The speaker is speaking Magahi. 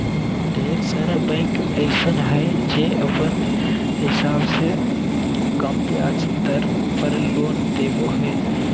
ढेर सारा बैंक अइसन हय जे अपने हिसाब से कम ब्याज दर पर लोन देबो हय